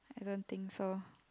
I don't think so